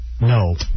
No